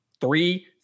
three